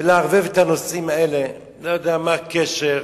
ולערבב את הנושאים האלה, לא יודע מה הקשר,